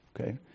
Okay